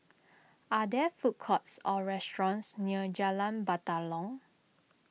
are there food courts or restaurants near Jalan Batalong